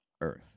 earth